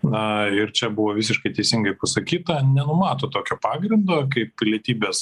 na ir čia buvo visiškai teisingai pasakyta nenumato tokio pagrindo kaip pilietybės